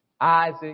Isaac